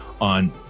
on